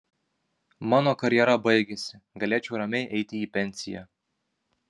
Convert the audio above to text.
mano karjera baigiasi galėčiau ramiai eiti į pensiją